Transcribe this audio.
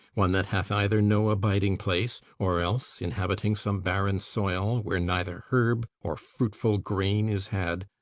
one that hath either no abiding place, or else, inhabiting some barren soil, where neither herb or fruitful grain is had,